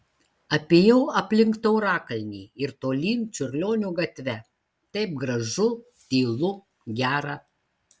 apėjau aplink taurakalnį ir tolyn čiurlionio gatve taip gražu tylu gera